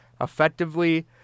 effectively